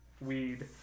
weed